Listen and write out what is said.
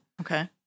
Okay